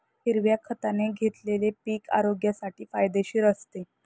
हिरव्या खताने घेतलेले पीक आरोग्यासाठी फायदेशीर असते